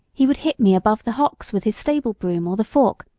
he would hit me above the hocks with his stable broom or the fork,